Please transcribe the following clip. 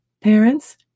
Parents